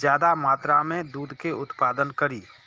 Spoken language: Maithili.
ज्यादा मात्रा में दूध के उत्पादन करी?